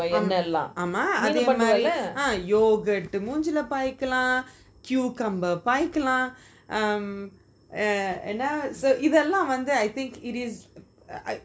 uh ஆமா அதே மாறி:ama athey maari ah yogurt பாயிக்கலாம்:paayikalam cucumber பாயிக்கலாம்:paayikalam um uh என்ன இத்தலம் வந்து:enna ithulam vanthu I think it is i~